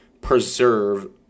preserve